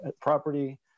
property